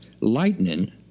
lightning